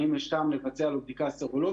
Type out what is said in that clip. האם יש טעם לבצע לו בדיקה סרולוגית,